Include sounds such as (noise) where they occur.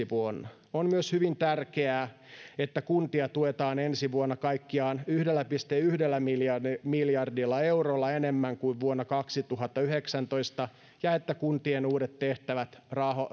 (unintelligible) vuonna on myös hyvin tärkeää että kuntia tuetaan ensi vuonna kaikkiaan yhdellä pilkku yhdellä miljardilla miljardilla eurolla enemmän kuin vuonna kaksituhattayhdeksäntoista ja että kuntien uudet tehtävät